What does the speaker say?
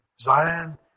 Zion